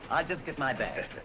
i'll just get my bag.